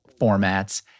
formats